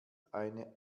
eine